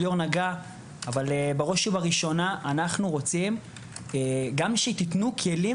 בראש ובראשונה אנחנו רוצים שתתנו כלים